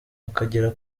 akagera